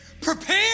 prepare